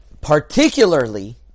particularly